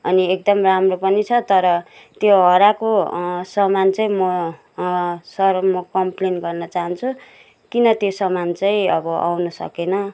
अनि एकदम राम्रो पनि छ तर त्यो हराएको सामान चाहिँ म सर म कम्प्लेन गर्न चाहन्छु किन त्यो सामान चाहिँ अब आउन सकेन